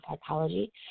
Psychology